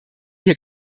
hier